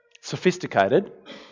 sophisticated